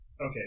Okay